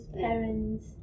parents